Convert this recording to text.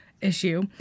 issue